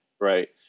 right